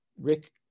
Rick